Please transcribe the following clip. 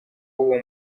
w’uwo